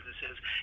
businesses